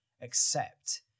accept